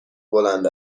بلند